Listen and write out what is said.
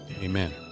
Amen